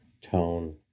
tone